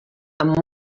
amb